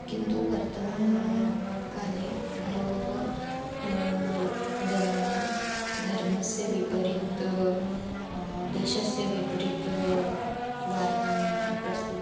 किन्तु वर्तमानकाले बहवः जनाः धर्मस्य विपरीतं देशस्य विपरीतं वार्तां प्रस्तुतवन्तः